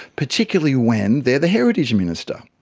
particularly when they're the heritage minister?